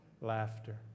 Laughter